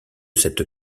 cette